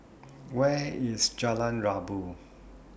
Where IS Jalan Rabu